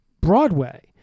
Broadway